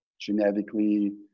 genetically